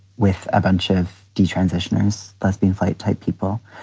with a bunch of d transitions, lesbian flight type people.